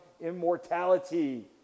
immortality